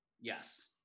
Yes